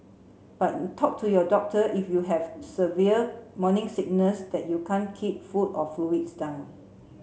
but talk to your doctor if you have severe morning sickness that you can't keep food or fluids down